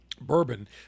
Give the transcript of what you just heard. bourbon